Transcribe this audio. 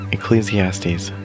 Ecclesiastes